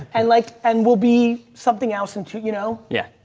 and like, and will be something else in to, you know, yeah,